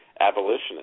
abolitionist